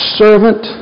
servant